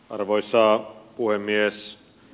arvoisa puhemies